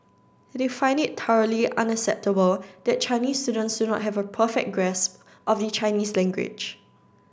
they find it thoroughly unacceptable that Chinese students do not have a perfect grasp of the Chinese language